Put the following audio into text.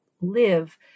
live